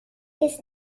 ist